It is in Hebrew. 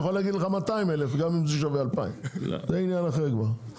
הוא יכול להגיד לך 200,000 גם אם זה שווה 2,000. זה עניין אחר כבר.